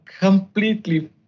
completely